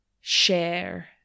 share